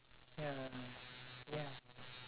ya ya ya